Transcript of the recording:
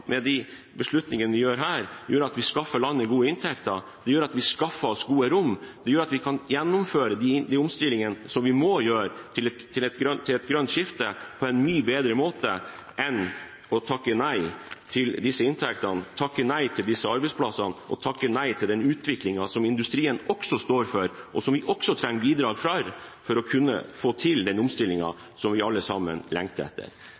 måte. De beslutningene vi gjør her i dag, gjør at vi skaffer landet gode inntekter, gjør at vi skaffer oss gode rom, gjør at vi kan gjennomføre de omstillingene til et grønt skifte som vi må gjøre, på en mye bedre måte enn ved å takke nei til disse inntektene, takke nei til disse arbeidsplassene og takke nei til den utviklingen som industrien også står for, og som vi også trenger bidrag fra for å kunne få til den omstillingen som vi alle lengter etter.